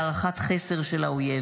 אחידות קולות בצמרת והערכת חסר של האויב.